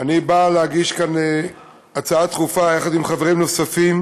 אני מגיש כאן הצעה דחופה, יחד עם חברים נוספים,